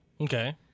Okay